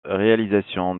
réalisation